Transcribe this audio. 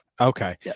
Okay